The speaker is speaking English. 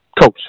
coach